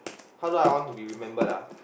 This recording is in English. how do I want to be remembered ah